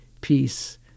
peace